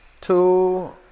two